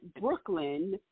Brooklyn